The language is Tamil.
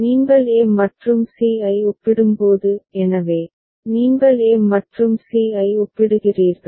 நீங்கள் a மற்றும் c ஐ ஒப்பிடும்போது எனவே நீங்கள் a மற்றும் c ஐ ஒப்பிடுகிறீர்கள்